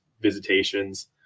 visitations